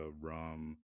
rum